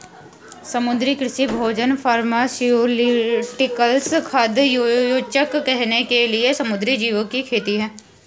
समुद्री कृषि भोजन फार्मास्यूटिकल्स, खाद्य योजक, गहने के लिए समुद्री जीवों की खेती है